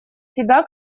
себя